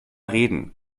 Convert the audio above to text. reden